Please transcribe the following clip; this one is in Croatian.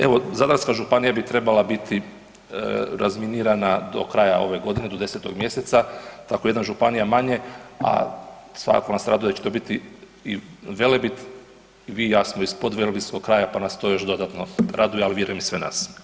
Evo, Zadarska županija bi trebala biti razminirana do kraja ove godine do 10. mjeseca, tako jedna županija, a svakako nas raduje da će to biti i Velebit, vi i ja smo iz podvelebitskog kraja pa nas to još dodatno raduje, ali vjerujem i sve nas.